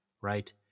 right